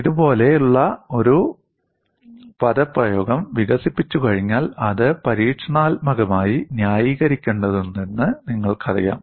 ഇതുപോലുള്ള ഒരു പദപ്രയോഗം വികസിപ്പിച്ചു കഴിഞ്ഞാൽ അത് പരീക്ഷണാത്മകമായി ന്യായീകരിക്കേണ്ടതുണ്ടെന്ന് നിങ്ങൾക്കറിയാം